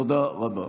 תודה רבה.